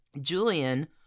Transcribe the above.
Julian